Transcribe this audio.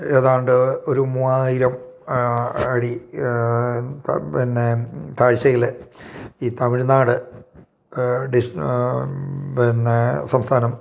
ഏതാണ്ട് ഒരു മൂവായിരം അടി പിന്നെ താഴ്ചയിൽ ഈ തമിഴ്നാട് ഡി പിന്നെ സംസ്ഥാനം